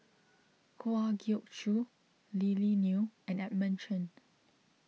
Kwa Geok Choo Lily Neo and Edmund Chen